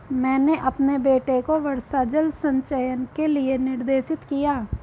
मैंने अपने बेटे को वर्षा जल संचयन के लिए निर्देशित किया